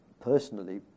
personally